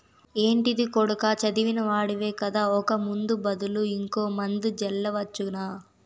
ఏంటిది కొడకా చదివిన వాడివి కదా ఒక ముందు బదులు ఇంకో మందు జల్లవచ్చునా